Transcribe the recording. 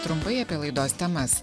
trumpai apie laidos temas